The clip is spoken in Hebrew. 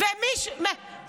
אנחנו לא נספרים.